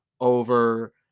over